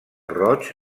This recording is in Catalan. roig